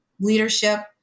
leadership